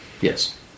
Yes